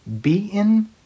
beaten